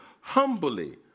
humbly